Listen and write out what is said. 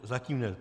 Zatím ne.